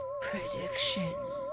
Predictions